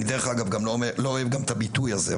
אני דרך אגב גם לא אוהב את הביטוי הזה,